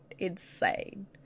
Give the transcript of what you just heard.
insane